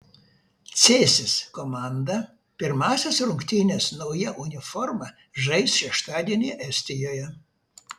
cėsis komanda pirmąsias rungtynes nauja uniforma žais šeštadienį estijoje